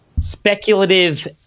speculative